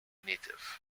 native